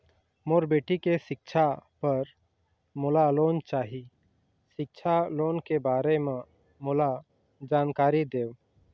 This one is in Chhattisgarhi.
मोर बेटी के सिक्छा पर मोला लोन चाही सिक्छा लोन के बारे म मोला जानकारी देव?